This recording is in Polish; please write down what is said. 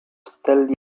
stelli